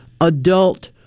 adult